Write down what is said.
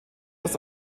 das